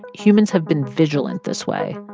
humans have been vigilant this way.